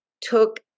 took